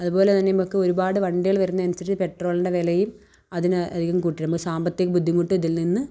അതുപൊലെതന്നെ നമ്മള്ക്ക് ഒരുപാട് വണ്ടികള് വരുന്നതിനനുസരിച്ച് പെട്രോളിൻ്റെ വിലയും അതിനായിരിക്കും കുട്ടിയിടുമ്പോള് സാമ്പത്തിക ബുദ്ധിമുട്ട് ഇതിൽ നിന്ന്